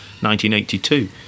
1982